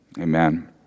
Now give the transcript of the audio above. Amen